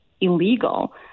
illegal